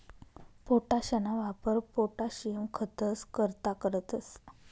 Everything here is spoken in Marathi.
पोटाशना वापर पोटाशियम खतंस करता करतंस